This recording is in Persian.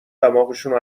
دماغشونو